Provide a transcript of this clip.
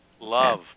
Love